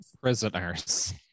Prisoners